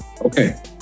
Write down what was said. Okay